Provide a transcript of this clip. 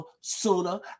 Sooner